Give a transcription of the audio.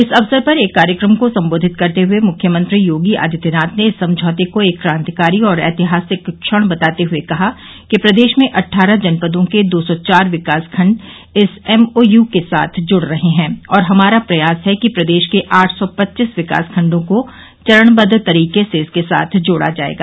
इस अवसर पर एक कार्यक्रम को संबोधित करते हुए मुख्यमंत्री योगी आदित्यनाथ ने इस समझौते को एक क्रांतिकारी और ऐतिहासिक क्षण बताते हुए कहा कि प्रदेश में अट्ठारह जनपदों के दो सौ चार विकासखंड इस एमओयू के साथ जुड़ रहे हैं और हमारा प्रयास है कि प्रदेश के आठ सौ पच्चीस विकासखंडों को चरणबद्ध तरीके से इसके साथ जोड़ा जायेगा